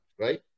right